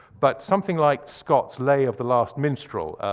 but something like scott's lay of the last minstrel,